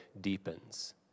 deepens